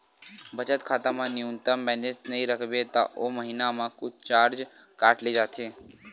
बचत खाता म न्यूनतम बेलेंस नइ राखबे त ओ महिना म कुछ चारज काट ले जाथे